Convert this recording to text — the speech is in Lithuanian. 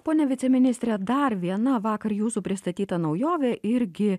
pone viceministre dar viena vakar jūsų pristatyta naujovė irgi